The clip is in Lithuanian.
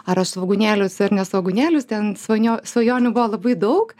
ar aš svogūnėlius ar ne svogūnėlius ten svainio svajonių buvo labai daug